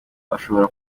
ashobora